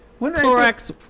Clorox